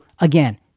again